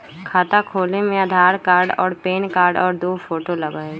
खाता खोले में आधार कार्ड और पेन कार्ड और दो फोटो लगहई?